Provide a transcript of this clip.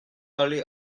aller